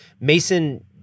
Mason